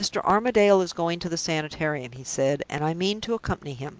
mr. armadale is going to the sanitarium, he said, and i mean to accompany him.